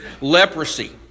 leprosy